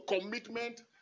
commitment